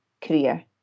career